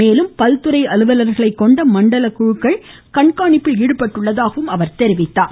மேலும் பல்துறை அலுவலர்களை கொண்ட மண்டல குழுக்கள் கண்காணிப்பில் ஈடுபட்டுள்ளதாக தெரிவித்தார்